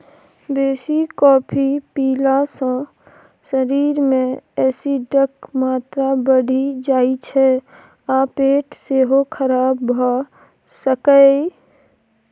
बेसी कॉफी पीला सँ शरीर मे एसिडक मात्रा बढ़ि जाइ छै आ पेट सेहो खराब भ सकैए